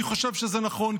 אני חושב שזה נכון,